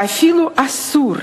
ואפילו אסור,